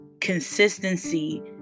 consistency